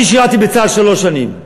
אני שירתי בצה"ל שלוש שנים,